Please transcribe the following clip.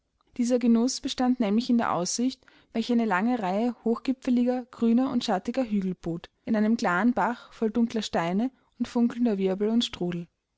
dieser genuß bestand nämlich in der aussicht welche eine lange reihe hochgipfeliger grüner und schattiger hügel bot in einem klaren bach voll dunkler steine und funkelnder wirbel und strudel